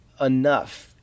enough